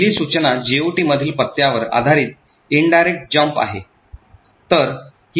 पहिली सूचना GOT मधील पत्त्यावर आधारित indirect jump आहे